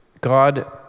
God